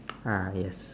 ah yes